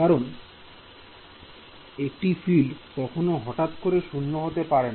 কারণ একটি ফিল্ড কখনো হঠাৎ করে শূন্য হতে পারে না